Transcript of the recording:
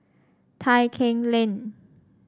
Tai Keng Lane